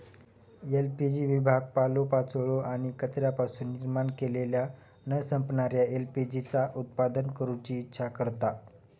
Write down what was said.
LPG विभाग पालोपाचोळो आणि कचऱ्यापासून निर्माण केलेल्या न संपणाऱ्या एल.पी.जी चा उत्पादन करूची इच्छा करता